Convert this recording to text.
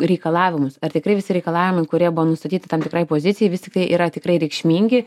reikalavimus ar tikrai visi reikalavimai kurie buvo nustatyti tam tikrai pozicijai vis tiktai yra tikrai reikšmingi